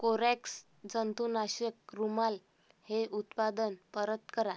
कोरॅक्स जंतुनाशक रुमाल हे उत्पादन परत करा